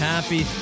Happy